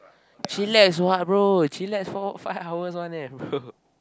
chillax what bro chillax four five hours [one] eh bro